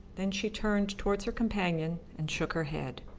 then she turned towards her companion and shook her head.